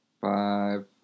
Five